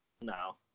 No